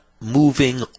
moving